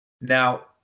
Now